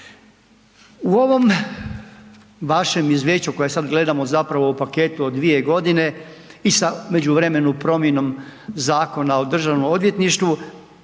U ovom vašem izvješću kojeg sad gledamo zapravo u paketu od 2 godine i sa u međuvremenu promjenom Zakona o državnom odvjetništvu